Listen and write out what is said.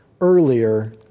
earlier